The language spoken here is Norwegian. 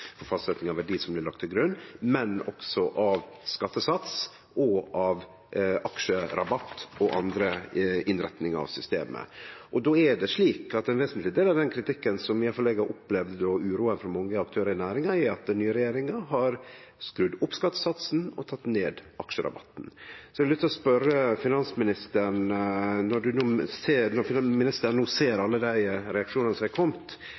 for fastsetjing av verdi som blir lagde til grunn, men også av skattesats og av aksjerabatt og andre innretningar av systemet. Då er det slik at ein vesentleg del av den kritikken som iallfall eg har opplevd, og uroa frå mange aktørar i næringa, kjem av at den nye regjeringa har skrudd opp skattesatsen og tatt ned aksjerabatten. Så eg har lyst til å spørje finansministeren: Når han no ser